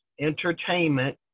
entertainment